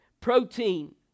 Protein